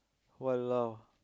!walao!